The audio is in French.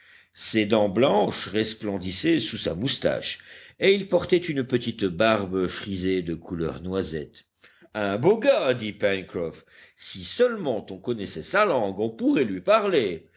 ses dents blanches resplendissaient sous sa moustache et il portait une petite barbe frisée de couleur noisette un beau gars dit pencroff si seulement on connaissait sa langue on pourrait lui parler